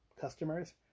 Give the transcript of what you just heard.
customers